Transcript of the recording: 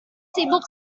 sibuk